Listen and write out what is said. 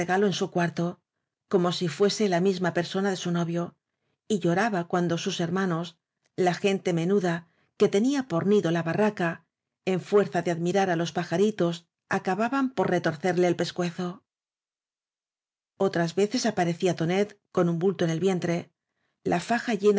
en su cuarto como si fuese la misma persona de su novio y lloraba cuando sus hermanos la gente menu da que tenía por nido la barraca en fuerza de admirar á los pajaritos acababan por retorcer les el pescuezo otras veces aparecía tonet con un bulto en el vientre la faja